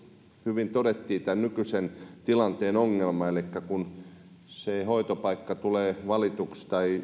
hyvin todettiin tämän nykyisen tilanteen ongelma elikkä kun se hoitopaikka tulee valituksi tai